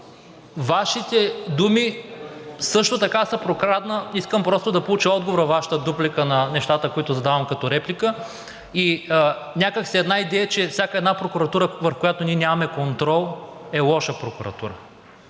Вашите думи също така се прокрадна – искам да получа отговор във Вашата дуплика на нещата, които задавам като реплика, някак си една идея, че всяка една прокуратура, върху която ние нямаме контрол, е лоша прокуратура,